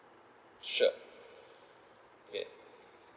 sure okay